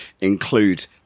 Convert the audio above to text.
include